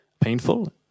painful